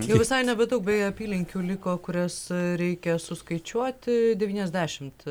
jau visai nebedaug beje apylinkių liko kurias reikia suskaičiuoti devyniasdešimt